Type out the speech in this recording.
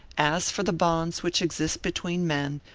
as for the bonds which exist between men,